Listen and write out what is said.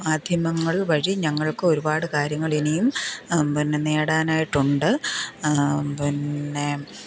മാധ്യമങ്ങൾ വഴി ഞങ്ങൾക്ക് ഒരുപാട് കാര്യങ്ങൾ ഇനിയും പിന്നെ നേടാനായിട്ടുണ്ട് പിന്നെ